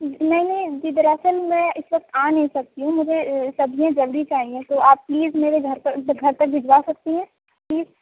نہیں نہیں جی دراصل میں اِس وقت آ نہیں سکتی ہوں مجھے سبزیاں جلدی چاہیے تو آپ پلیز میرے گھر تک گھر تک بھجوا سکتی ہیں پلیز